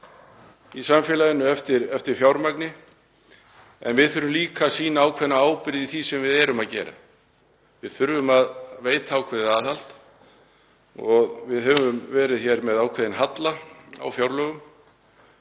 í samfélaginu en við þurfum líka að sýna ákveðna ábyrgð í því sem við erum að gera. Við þurfum að veita ákveðið aðhald. Við höfum verið með ákveðinn halla á fjárlögum